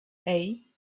hey